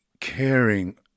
caring